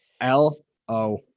L-O